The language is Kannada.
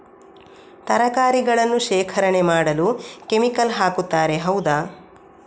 ತರಕಾರಿಗಳನ್ನು ಶೇಖರಣೆ ಮಾಡಲು ಕೆಮಿಕಲ್ ಹಾಕುತಾರೆ ಹೌದ?